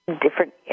different